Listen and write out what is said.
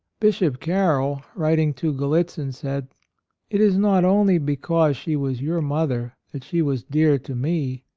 bishop carroll, writing to gallitzin, said it is not only because she was your mother that she was dear to me,